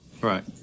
Right